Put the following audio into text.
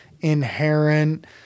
inherent